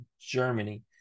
Germany